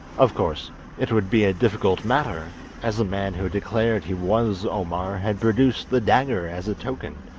of course it would be a difficult matter, as the man who declared he was omar had produced the dagger as a token,